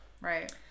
right